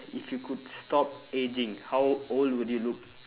if you could stop aging how old would you look